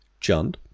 Jund